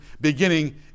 beginning